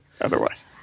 otherwise